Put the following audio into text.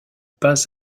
pas